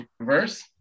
verse